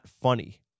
funny